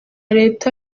reta